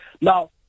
Now